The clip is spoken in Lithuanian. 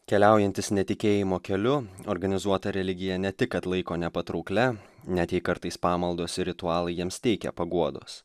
keliaujantys netikėjimo keliu organizuota religija ne tik kad laiko nepatrauklia net jei kartais pamaldos ir ritualai jiems teikia paguodos